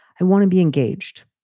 i want to be engaged.